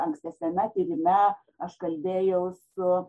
ankstesniame tyrime aš kalbėjau su